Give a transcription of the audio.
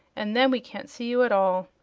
and then we can't see you at all.